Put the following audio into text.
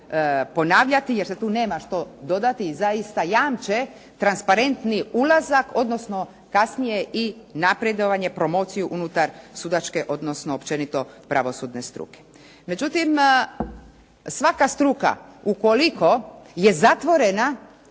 ponavljati, jer se tu nema što dodati i zaista jamče transparentni ulazak, odnosno kasnije i napredovanje, promociju unutar sudačke, odnosno općenito pravosudne struke. Međutim svaka struka ukoliko je zatvorena